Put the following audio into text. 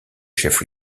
chef